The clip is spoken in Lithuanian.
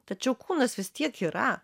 tačiau kūnas vis tiek yra